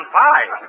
five